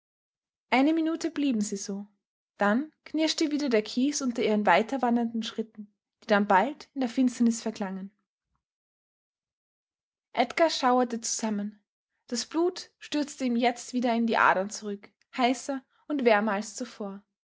eine minute blieben sie so dann knirschte wieder der kies unter ihren weiterwandernden schritten die dann bald in der finsternis verklangen edgar schauerte zusammen das blut stürzte ihm jetzt wieder in die adern zurück heißer und wärmer als zuvor